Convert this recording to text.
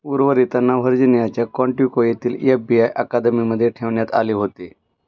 उर्वरितांना व्हर्जिनियाच्या कॉन्टिको येथील F B I अकादमीमध्ये ठेवण्यात आले होते